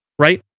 right